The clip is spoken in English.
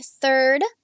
third